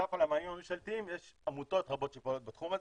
בנוסף למענים הממשלתיים יש עמותות רבות שפועלות בתחום הזה,